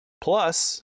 plus